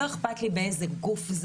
לא אכפת לי באיזה גוף,